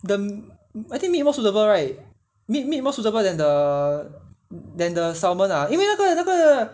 the I think meat more suitable right meat meat more suitable than the than the salmon ah 因为那个那个